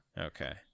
okay